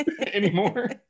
anymore